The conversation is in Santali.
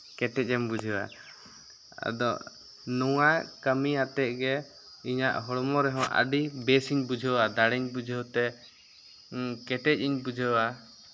ᱠᱮᱴᱮᱡᱼᱮᱢ ᱵᱩᱡᱷᱟᱹᱣᱟ ᱟᱫᱚ ᱱᱚᱣᱟ ᱠᱟᱹᱢᱤᱭᱟᱛᱮᱫ ᱜᱮ ᱤᱧᱟᱹᱜ ᱦᱚᱲᱢᱚ ᱨᱮᱦᱚᱸ ᱟᱹᱰᱤ ᱵᱮᱥᱤᱧ ᱵᱩᱡᱷᱟᱹᱣᱟ ᱫᱟᱲᱮᱧ ᱵᱩᱡᱷᱟᱹᱣ ᱛᱮ ᱠᱮᱴᱮᱡ ᱤᱧ ᱵᱩᱡᱷᱟᱹᱣᱟ